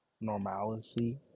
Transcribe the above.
normalcy